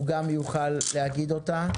הוא גם יוכל לומר אותה.